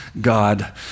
God